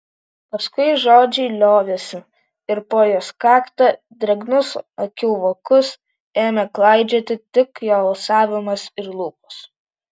paskui žodžiai liovėsi ir po jos kaktą drėgnus akių vokus ėmė klaidžioti tik jo alsavimas ir lūpos